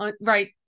right